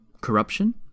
Corruption